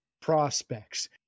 prospects